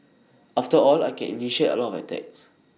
after all I can initiate A lot attacks